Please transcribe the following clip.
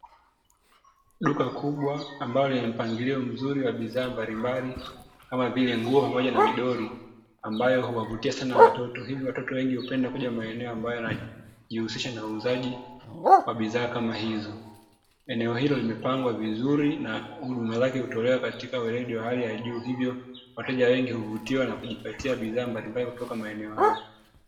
Duka duka ambalo lina mpangilio mzuri wa bidhaa mbalimbali kama vile nguo pamoja na midoli ambayo huwavutia sana watoto hivyo watoto wengi hupenda kuja maeneo ambayo yanajihusisha na uuzaji wa bidhaa kama hizo, eneo hilo limepangwa vizuri na huduma zake hutolewa katika weledi wa hali ya juu, hivyo wateja wengi huvutiwa na kujipatia bidhaa mbalimbali kutoka maeneo haya.